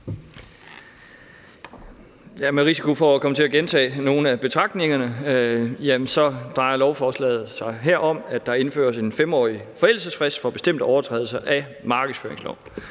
Med risiko for at komme til at gentage nogle af betragtningerne, drejer lovforslaget her sig om, at der indføres en 5-årig forældelsesfrist for bestemte overtrædelser af markedsføringsloven.